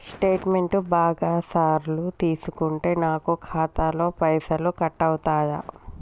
Statement బాగా సార్లు తీసుకుంటే నాకు ఖాతాలో పైసలు కట్ అవుతయా?